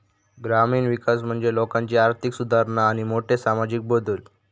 ग्रामीण विकास म्हणजे लोकांची आर्थिक सुधारणा आणि मोठे सामाजिक बदल